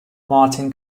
martin